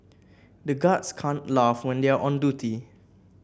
the guards can't laugh when they are on duty